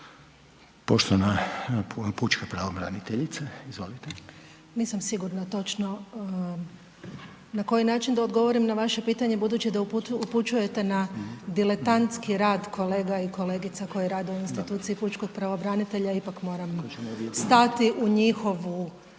Poštovana pučka pravobraniteljica, izvolite. **Vidović, Lora** Nisam sigurna točno na koji način da odgovorim na vaše pitanje budući da upućujete na diletantski rad kolega i kolegica koje rade u instituciji pučkog pravobranitelja, ipak moram stati u njihovu